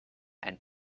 and